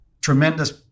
tremendous